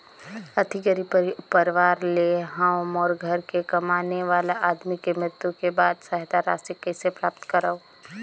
अति गरीब परवार ले हवं मोर घर के कमाने वाला आदमी के मृत्यु के बाद सहायता राशि कइसे प्राप्त करव?